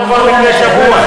הכול אישי.